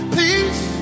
Please